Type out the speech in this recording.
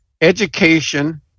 Education